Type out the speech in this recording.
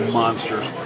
monsters